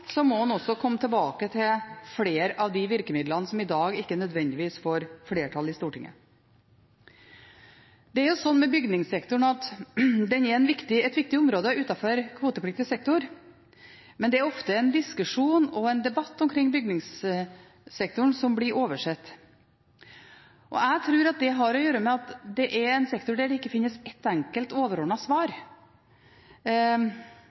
må en også komme tilbake til flere av de virkemidlene som i dag ikke nødvendigvis får flertall i Stortinget. Det er slik med bygningssektoren at den er et viktig område utenfor kvotepliktig sektor, men det er ofte en diskusjon og en debatt omkring bygningssektoren som blir oversett. Jeg tror det har å gjøre med at det er en sektor der det ikke finnes ett enkelt overordnet svar,